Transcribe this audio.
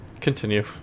Continue